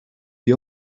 the